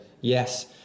yes